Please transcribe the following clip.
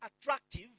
attractive